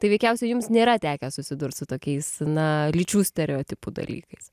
tai veikiausiai jums nėra tekę susidurt su tokiais na lyčių stereotipų dalykais